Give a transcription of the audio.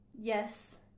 yes